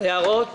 יש הערות?